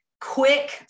quick